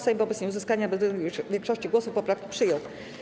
Sejm wobec nieuzyskania bezwzględnej większości głosów poprawki przyjął.